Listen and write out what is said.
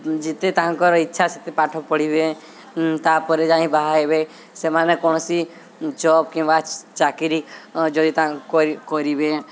ଯେତେ ତାଙ୍କର ଇଚ୍ଛା ସେତେ ପାଠ ପଢ଼ିବେ ତା'ପରେ ଯାଇ ବାହା ହେବେ ସେମାନେ କୌଣସି ଜବ୍ କିମ୍ବା ଚାକିରୀ ଯଦି ତାଙ୍କୁ କରିବେ